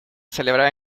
celebrar